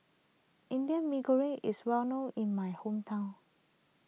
Indian Mee Goreng is well known in my hometown